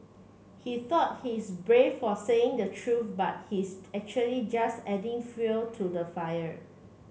he thought he's brave for saying the truth but he's actually just adding fuel to the fire